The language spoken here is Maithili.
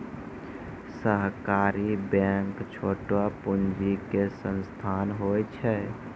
सहकारी बैंक छोटो पूंजी के संस्थान होय छै